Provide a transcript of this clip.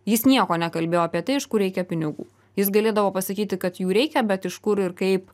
jis nieko nekalbėjo apie tai iš kur reikia pinigų jis galėdavo pasakyti kad jų reikia bet iš kur ir kaip